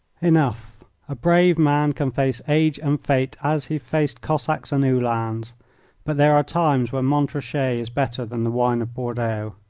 enough a brave man can face age and fate as he faced cossacks and uhlans. but there are times when montrachet is better than the wine of bordeaux.